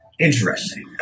Interesting